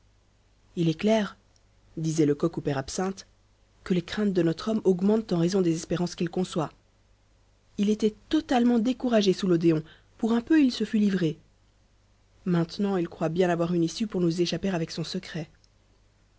il est clair disait lecoq au père absinthe que les craintes de notre homme augmentent en raison des espérances qu'il conçoit il était totalement découragé sous l'odéon pour un peu il se fût livré maintenant il croit bien avoir une issue pour nous échapper avec son secret